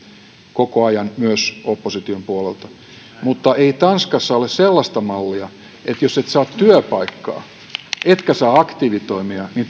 koko ajan myös opposition puolelta mutta ei tanskassa ole sellaista mallia että jos et saa työpaikkaa etkä saa aktiivitoimia niin